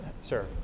sir